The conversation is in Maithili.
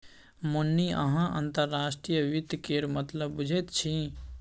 मुन्नी अहाँ अंतर्राष्ट्रीय वित्त केर मतलब बुझैत छी